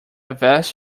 vest